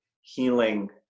healing